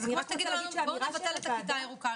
זה כמו שתגידו לנו: בואו נבטל את הכיתה הירוקה.